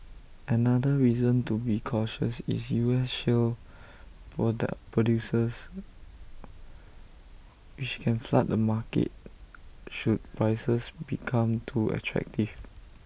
another reason to be cautious is U S shale product producers which can flood the market should prices become too attractive